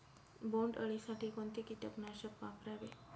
बोंडअळी साठी कोणते किटकनाशक वापरावे?